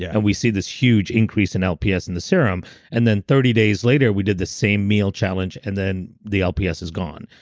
yeah and we see this huge increase in lps in the serum and then thirty days later, we did the same meal challenge and then the lps is gone.